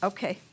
Okay